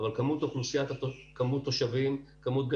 כמות אוכלוסייה,